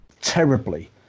terribly